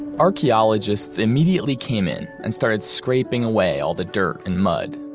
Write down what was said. archaeologists immediately came in and started scraping away all the dirt and mud.